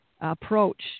approach